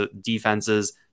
defenses